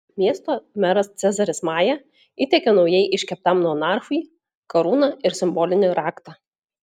miesto meras cezaris maja įteikė naujai iškeptam monarchui karūną ir simbolinį raktą